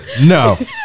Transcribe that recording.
No